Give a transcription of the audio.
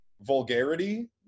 vulgarity